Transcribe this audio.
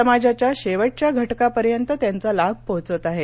समाजाच्या शेवटच्या घटकापर्यंत त्यांचा लाभ पोहोचत आहे